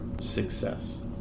success